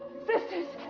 sisters!